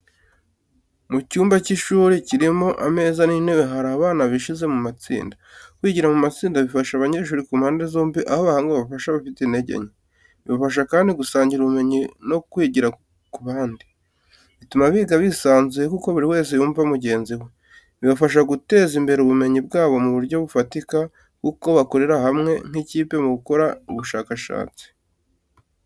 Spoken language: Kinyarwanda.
Mu cyumba cy'ishuri kirimo ameza n'intebe hari abana bishyize mu matsinda. Kwigira mu matsinda bifasha abanyeshuri ku mpande zombi aho abahanga bafasha abafite intege nke, bibafasha kandi gusangira ubumenyi no kwigira ku bandi. Bituma biga bisanzuye kuko buri wese yumva mugenzi we. Bibafasha guteza imbere ubumenyi bwabo mu buryo bufatika kuko bakorera hamwe nk’ikipe mu gukora ubushakashatsi.